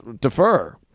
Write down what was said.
defer